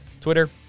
Twitter